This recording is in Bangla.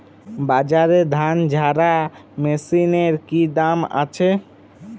বাজারে ধান ঝারা মেশিনের কি দাম আছে?